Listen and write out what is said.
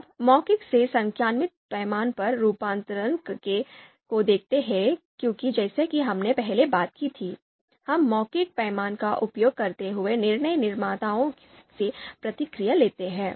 अब मौखिक से संख्यात्मक पैमाने पर रूपांतरण को देखते हैं क्योंकि जैसा कि हमने पहले बात की थी हम मौखिक पैमाने का उपयोग करते हुए निर्णय निर्माताओं से प्रतिक्रियाएं लेते हैं